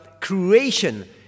creation